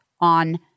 on